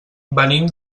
venim